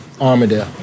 Armadale